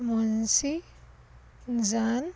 ਮੁਨਸੀ ਜਨ